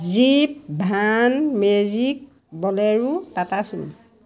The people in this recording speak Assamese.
jeep van magic bolero Tata Sumo